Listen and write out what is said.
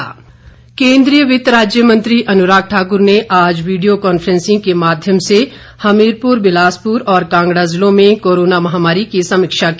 अनुराग केंद्रीय वित्त राज्य मंत्री अनुराग ठाकुर ने आज वीडियो कॉफ्रेंसिंग के माध्यम से हमीरपुर बिलासपुर और कांगड़ा जिलों में कोरोना महामारी की समीक्षा की